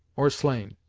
or slain,